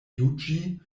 juĝi